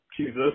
Jesus